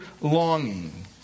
longing